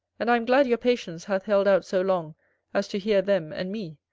and i am glad your patience hath held out so long as to hear them and me,